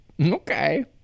Okay